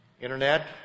internet